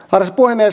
arvoisa puhemies